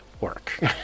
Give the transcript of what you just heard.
work